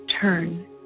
turn